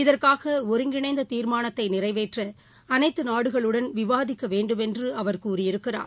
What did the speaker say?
இதற்காகஒருங்கிணைந்ததிமானத்தைநிறைவேற்றஅனைத்துநாடுகளுடன் விவாதிக்கவேண்டும் என்றுஅவர் கூறியிருக்கிறார்